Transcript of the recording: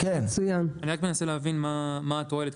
אני רק מנסה להבין מה התועלת.